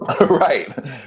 Right